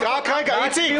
הצביעות,